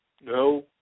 No